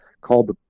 called